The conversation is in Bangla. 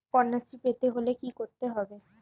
কন্যাশ্রী পেতে হলে কি করতে হবে?